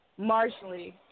marginally